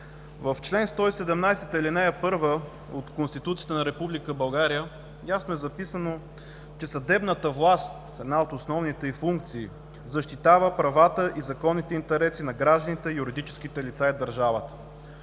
В чл. 117, ал. 1 от Конституцията на Република България ясно е записано, че съдебната власт в една от основните ѝ функции защитава правата и законните интереси на гражданите, юридическите лица и държавата.